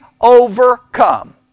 overcome